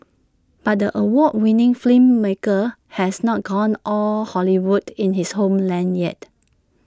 but the award winning filmmaker has not gone all Hollywood in his homeland yet